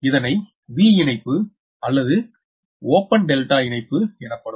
இதனை V இணைப்பு அல்லது ஓப்பன் டெல்டா இணைப்பு எனப்படும்